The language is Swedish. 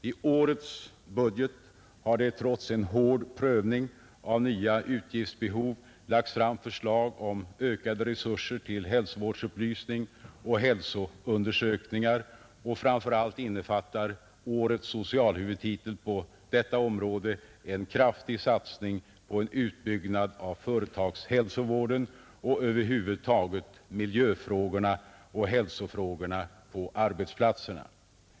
I årets budget har det trots en hård prövning av nya utgiftsbehov lagts fram förslag om ökade resurser till hälsovårdsupplysning och hälsoundersökningar, och framför allt innefattar årets socialhuvudtitel på detta område en kraftig satsning på en utbyggnad av företagshälsovården och över huvud taget miljöfrågorna och hälsofrågorna på arbetsplatserna.